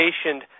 stationed